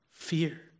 Fear